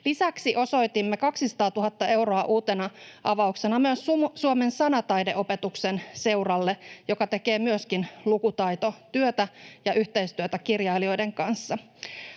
Lisäksi osoitimme 200 000 euroa uutena avauksena myös Suomen sanataideopetuksen seuralle, joka tekee myöskin lukutaitotyötä ja yhteistyötä kirjailijoiden kanssa.